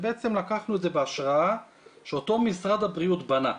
לקחנו את זה בהשראה שאותו משרד הבריאות בנה,